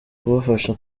kubafasha